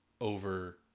over